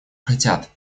хотят